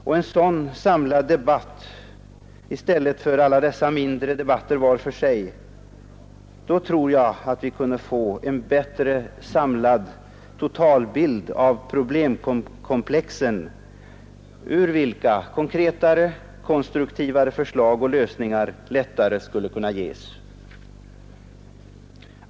Med en sådan samlad debatt i stället för alla dessa mindre debatter var för sig tror jag att vi kunde få en bättre totalbild av problemkomplexen, ur vilken mera konkreta och konstruktiva förslag och lösningar lättare skulle kunna ges.